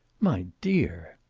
my dear!